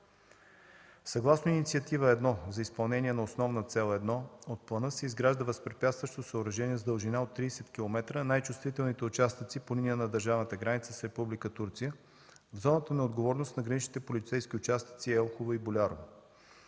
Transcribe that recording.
Съгласно Инициатива 1 за изпълнение на Основна цел 1 от плана се изгражда възпрепятстващо съоръжение с дължина от 30 км, а най-чувствителните участъци по линия на държавната граница с Република Турция са в зоната на отговорност на граничните полицейски участъци Елхово и Болярово.